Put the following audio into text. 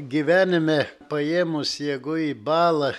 gyvenime paėmus jeigu į balą